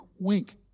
wink